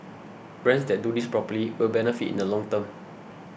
brands that do this properly will benefit in the long term